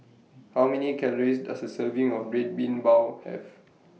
How Many Calories Does A Serving of Red Bean Bao Have